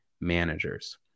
Managers